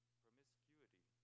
promiscuity